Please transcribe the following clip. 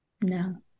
no